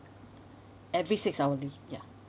every six hourly ya